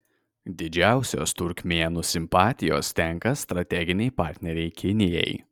didžiausios turkmėnų simpatijos tenka strateginei partnerei kinijai